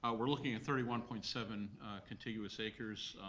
ah we're looking at thirty one point seven continuous acres,